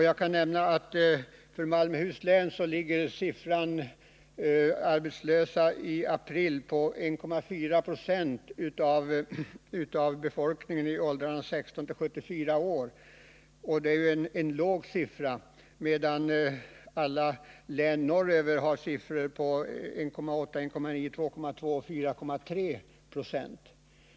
Jag kan nämna att för Malmöhus län ligger siffran för antalet arbetslösa i april på 1,4 46 i relation till befolkningen i åldrarna 16-74 år. Det är en låg siffra — alla län norröver har högre siffror på exempelvis 1,8, 1,9, 2,2 och 4,3 70.